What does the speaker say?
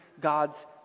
God's